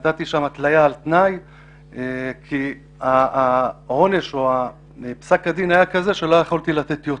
נתתי שם התליה על תנאי כי פסק הדין היה כזה שלא יכולתי לתת יותר,